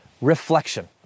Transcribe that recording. reflection